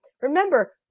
Remember